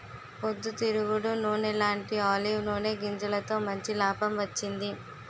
పొద్దు తిరుగుడు నూనెలాంటీ ఆలివ్ నూనె గింజలతో మంచి లాభం వచ్చింది